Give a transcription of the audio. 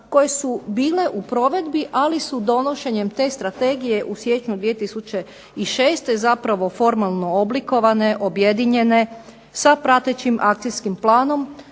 koje su bile u provedbi, ali su donošenjem te Strategije u siječnju 2006. zapravo formalno oblikovane, objedinjene sa pratećim akcijskim planom